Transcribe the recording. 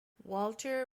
walter